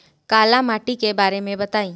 काला माटी के बारे में बताई?